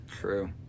true